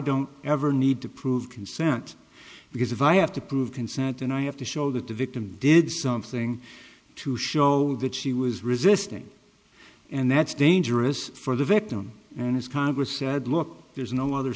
don't ever need to prove consent because if i have to prove consent and i have to show that the victim did something to show that she was resisting and that's dangerous for the victim and his congress said look there's no other